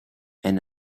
and